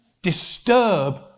disturb